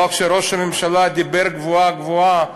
אבל כשראש הממשלה דיבר גבוהה-גבוהה,